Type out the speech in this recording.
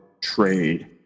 trade